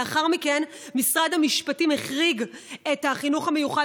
לאחר מכן משרד המשפטים החריג את החינוך המיוחד